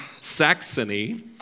Saxony